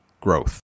growth